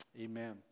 Amen